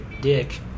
dick